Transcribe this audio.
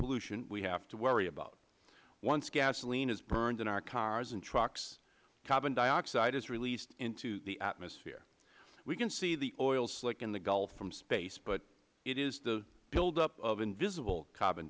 pollution we have to worry about once gasoline is burned in our cars and trucks carbon dioxide is released into the atmosphere we can see the oil slick in the gulf from space but it is the buildup of invisible carbon